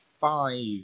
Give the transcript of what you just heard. five